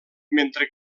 mentre